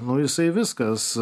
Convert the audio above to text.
nu jisai viskas